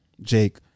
Jake